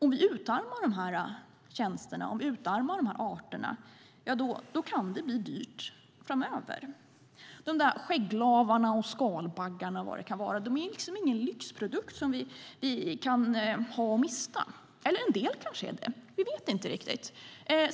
Utarmar vi de här arterna och därmed de tjänster de gör oss kan det bli dyrt framöver. De där skägglavarna och skalbaggarna är ingen lyxprodukt som vi kan ha eller mista. En del kanske är det, men vi vet inte riktigt.